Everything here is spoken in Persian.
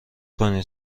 کنید